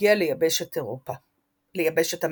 שהגיע ליבשת אמריקה.